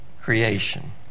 creation